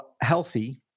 healthy